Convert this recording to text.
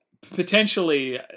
potentially